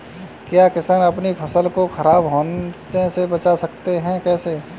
क्या किसान अपनी फसल को खराब होने बचा सकते हैं कैसे?